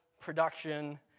production